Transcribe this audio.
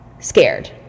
scared